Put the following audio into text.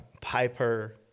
Piper